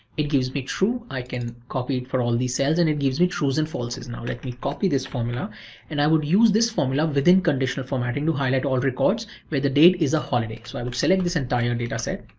it gives me true, i can copy it for all these cells and it gives me trues and falses. now, let me copy this formula and i would use this formula within conditional formatting to highlight the records where the date is a holiday. so i would select this entire data set.